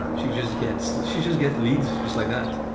um she just gets she just get leads just like that!